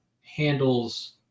handles